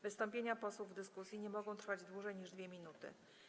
Wystąpienia posłów w dyskusji nie mogą trwać dłużej niż 2 minuty.